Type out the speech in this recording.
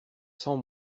sans